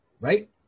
right